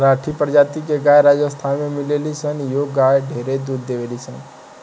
राठी प्रजाति के गाय राजस्थान में मिलेली सन इहो गाय ढेरे दूध देवेली सन